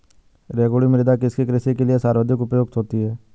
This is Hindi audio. रेगुड़ मृदा किसकी कृषि के लिए सर्वाधिक उपयुक्त होती है?